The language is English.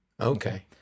Okay